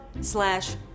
slash